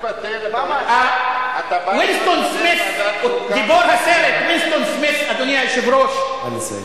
וינסטון סמית', גיבור הסרט, אדוני היושב-ראש,